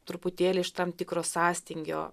truputėlį iš tam tikro sąstingio